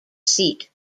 seat